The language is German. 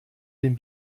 den